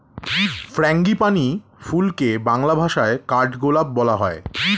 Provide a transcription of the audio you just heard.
frangipani ফুলকে বাংলা ভাষায় কাঠগোলাপ বলা হয়